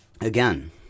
Again